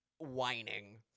whining